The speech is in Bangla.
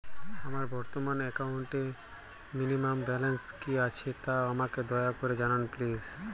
আমার বর্তমান একাউন্টে মিনিমাম ব্যালেন্স কী আছে তা আমাকে দয়া করে জানান প্লিজ